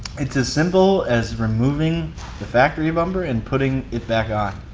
it's as simple as removing the factory bumper and putting it back on.